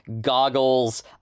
goggles